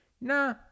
nah